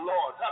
Lord